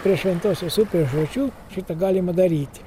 prie šventosios upės žočių šitą galima daryti